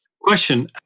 question